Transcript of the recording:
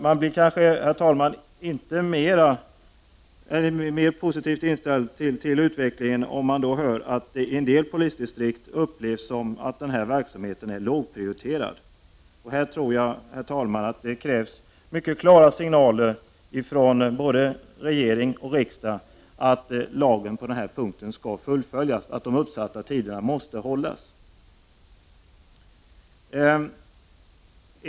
Man blir inte mera positivt inställd till utvecklingen när man hör att det i en del polisdistrikt upplevs som att den här verksamheten är lågprioriterad. Här tror jag att det krävs mycket klara signaler från både regering och riksdag att avsikten med lagen på den här punkten skall fullföljas, att de uppsatta tiderna måste hållas.